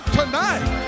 tonight